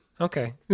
Okay